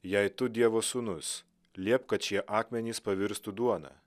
jei tu dievo sūnus liepk kad šie akmenys pavirstų duona